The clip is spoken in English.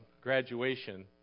graduation